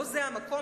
לא זה המקום?